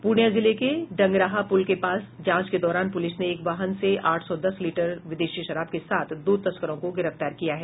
पूर्णियां जिले के डंगराहा पुल के पास जांच के दौरान पुलिस ने एक वाहन से आठ सौ दस लीटर विदेशी शराब के साथ दो तस्करों को गिरफ्तार किया है